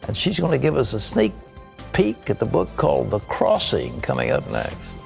and she is going to give us a sneak peek at the book called the crossing, coming up next.